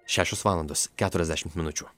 šešios valandos keturiasdešimt minučių